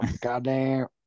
Goddamn